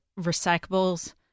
recyclables